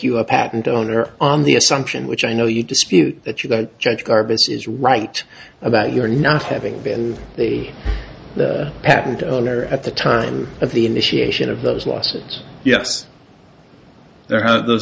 you a patent owner on the assumption which i know you dispute that you don't judge garbus is right about your not having been the patent owner at the time of the initiation of those lawsuits yes th